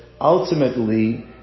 ultimately